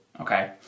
okay